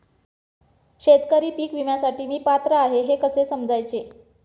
शेतकरी पीक विम्यासाठी मी पात्र आहे हे कसे समजायचे?